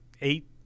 eight